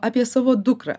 apie savo dukrą